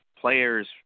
players